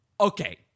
Okay